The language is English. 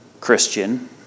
Christian